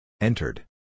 Entered